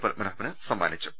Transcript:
പത്മനാഭന് സമ്മാനിച്ചു